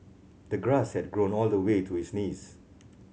the grass had grown all the way to his knees